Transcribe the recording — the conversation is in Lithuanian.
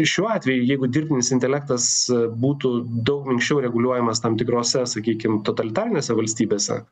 šiuo atveju jeigu dirbtinis intelektas būtų daug anksčiau reguliuojamas tam tikrose sakykim totalitarinėse valstybėse